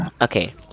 okay